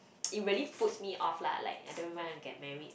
it really puts me off lah like I don't even want to get married